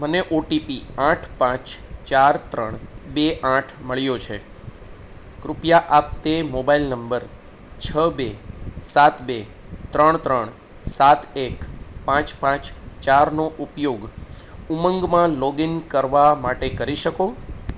મને ઓટીપી આઠ પાંચ ચાર ત્રણ બે આઠ મળ્યો છે કૃપયા આપ તે મોબાઈલ નંબર છ બે સાત બે ત્રણ ત્રણ સાત એક પાંચ પાંચ ચાર નો ઉપયોગ ઉમંગમાં લોગઈન કરવા માટે કરી શકો